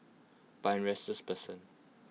but I'm restless person